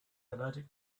allergic